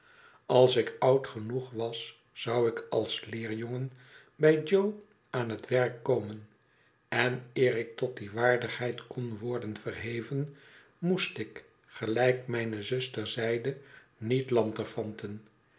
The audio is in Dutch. als ik oud genoeg was zou ik als leerjongen bij jo aan het werk komen en eer ik tot die waardigheid kon worden verheven moest ik gelijk mijne zuster zeide niet lanterfanten